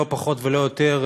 לא פחות ולא יותר,